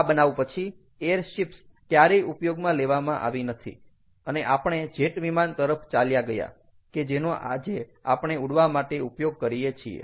આ બનાવ પછી એર શિપ્સ ક્યારેય ઉપયોગમાં લેવામાં આવી નથી અને આપણે જેટ વિમાન તરફ ચાલ્યા ગયા કે જેનો આપણે આજે ઉડવા માટે ઉપયોગ કરીએ છીએ